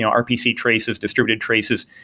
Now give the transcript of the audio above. rpc traces, distributed traces,